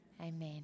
amen